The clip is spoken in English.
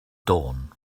dawn